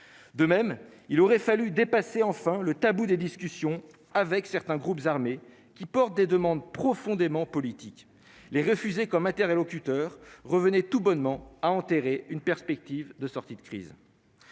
de même, il aurait fallu dépasser enfin le tabou des discussions avec certains groupes armés qui porte des demandes profondément politique les refuser, comme interlocuteur revenait tout bonnement à enterrer une perspective de sortie de crise